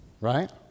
right